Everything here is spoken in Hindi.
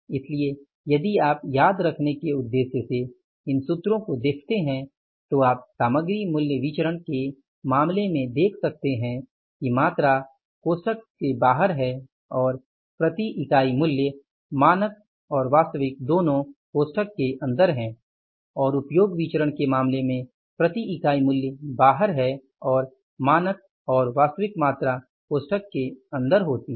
इसलिए यदि आप याद रखने के उद्देश्य से इन सूत्रों को देखते हैं तो आप सामग्री मूल्य विचरण के मामले में देख सकते हैं कि मात्रा कोष्ठक के बाहर है और प्रति इकाई मूल्य मानक और वास्तविक दोनों कोष्ठक के अंदर है और उपयोग विचरण के मामले में प्रति इकाई मूल्य बाहर है और मानक और वास्तविक मात्रा कोष्ठक के अंदर होती है